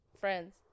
friends